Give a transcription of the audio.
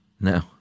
no